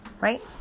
right